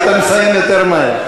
היית מסיים יותר מהר.